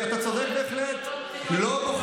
שהרי ככה בוחנים מדינאות,